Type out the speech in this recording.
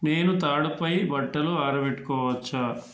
నేను తాడుపై బట్టలు ఆరబెట్టుకోవచ్చా